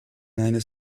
eines